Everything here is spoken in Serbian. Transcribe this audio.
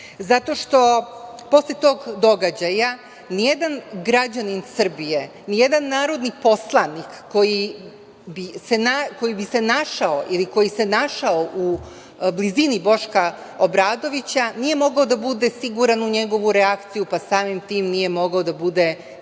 zato što posle tog događaja ni jedan građanin Srbije, ni jedan narodni poslanik koji bi se našao ili koji se našao u blizini Boška Obradovića nije mogao da bude siguran u njegovu reakciju, pa samim tim nije mogao da bude siguran